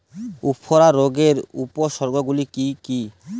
উফরা রোগের উপসর্গগুলি কি কি?